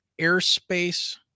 airspace